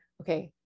Okay